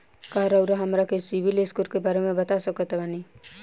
का रउआ हमरा के सिबिल स्कोर के बारे में बता सकत बानी?